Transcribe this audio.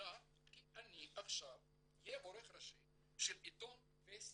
גדולה כי אני עכשיו אהיה עורך ראשי של עיתון וסטי.